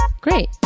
Great